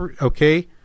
okay